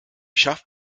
schafft